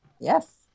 yes